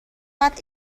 دارد